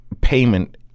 payment